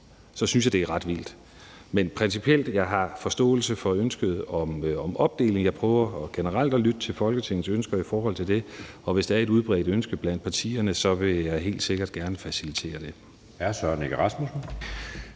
synes jeg, det er ret vildt. Men principielt har jeg forståelse for ønsket om en opdeling, og jeg prøver generelt at lytte til Folketingets ønsker i forhold til det, og hvis det er et udbredt ønske blandt partierne, vil jeg helt sikkert gerne facilitere det.